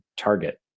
Target